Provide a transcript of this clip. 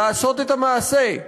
לעשות את המעשה.